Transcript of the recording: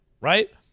right